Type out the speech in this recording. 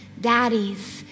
daddies